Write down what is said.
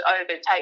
overtake